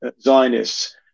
Zionists